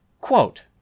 Quote